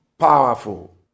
powerful